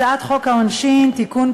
הצעת חוק העונשין (תיקון,